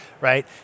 right